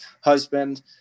husband